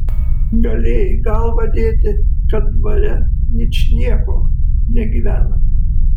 galėjai galvą dėti kad dvare ničniekieno negyvenama